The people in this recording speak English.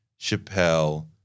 Chappelle